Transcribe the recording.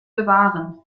bewahren